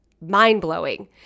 mind-blowing